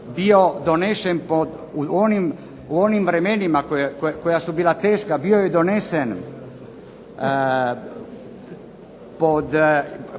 bio donešen u onim vremenima koja su bila teška, bio je donesen pod